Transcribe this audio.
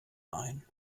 ein